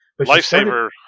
Lifesaver